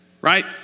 right